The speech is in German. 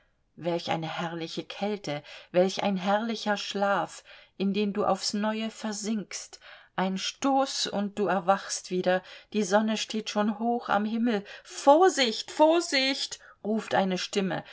welch eine herrliche kälte welch ein herrlicher schlaf in den du aufs neue versinkst ein stoß und du erwachst wieder die sonne steht schon hoch am himmel vorsicht vorsicht ruft eine stimme